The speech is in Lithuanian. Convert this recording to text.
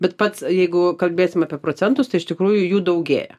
bet pats jeigu kalbėsim apie procentus tai iš tikrųjų jų daugėja